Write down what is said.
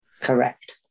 correct